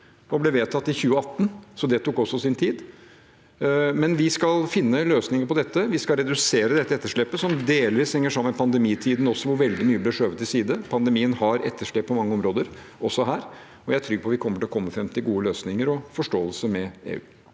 og ble vedtatt i 2018. Så det tok også sin tid. Men vi skal finne løsninger på dette. Vi skal redusere dette etterslepet, som delvis henger sammen med pandemitiden også, hvor veldig mye ble skjøvet til side. Pandemien har etterslep på mange områder, også her, og jeg er trygg på at vi kommer til å komme fram til gode løsninger og forståelse med EU.